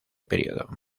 período